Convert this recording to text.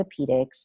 orthopedics